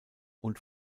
und